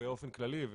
באופן כללי ונשמח...